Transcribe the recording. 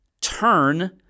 turn